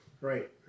Right